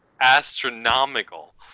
astronomical